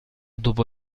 dopo